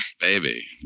Baby